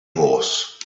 horse